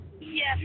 Yes